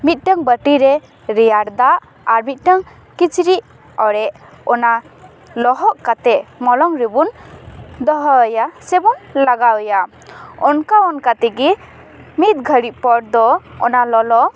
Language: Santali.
ᱢᱤᱫᱴᱮᱱ ᱵᱟᱴᱤᱨᱮ ᱨᱮᱭᱟᱲ ᱫᱟᱜ ᱟᱨ ᱢᱤᱫᱴᱟᱝ ᱠᱤᱪᱨᱤᱜ ᱚᱲᱮᱡ ᱚᱱᱟ ᱞᱚᱦᱚᱫ ᱠᱟᱛᱮᱫ ᱢᱚᱞᱚᱝ ᱨᱮᱵᱚᱱ ᱫᱚᱦᱚᱣᱟᱭᱟ ᱥᱮᱵᱚᱱ ᱞᱟᱜᱟᱣᱟᱭᱟ ᱚᱱᱠᱟ ᱚᱱᱠᱟ ᱛᱮᱜᱮ ᱢᱤᱫᱜᱷᱟᱹᱲᱤᱡ ᱯᱚᱨ ᱫᱚ ᱚᱱᱟ ᱞᱚᱞᱚ